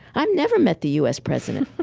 i've never met the u s. president.